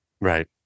right